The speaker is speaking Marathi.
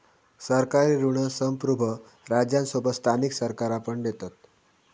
सरकारी ऋण संप्रुभ राज्यांसोबत स्थानिक सरकारा पण देतत